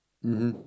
mmhmm